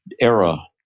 era